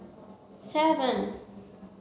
seven